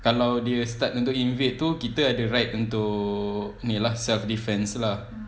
kalau dia start untuk invade tu kita ada right untuk ni lah self-defence lah